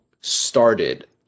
started